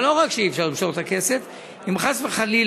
אבל לא רק שאי-אפשר למשוך את הכסף, אם חס וחלילה,